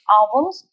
albums